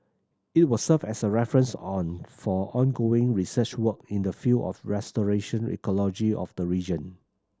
it will serve as a reference on for ongoing research work in the field of restoration ecology of the region